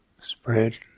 Spread